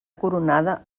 coronada